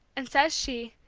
and says she,